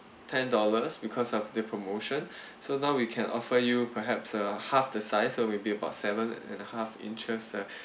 ten dollars because of the promotion so now we can offer you perhaps a half the size so maybe about seven and a half inches uh